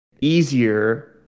easier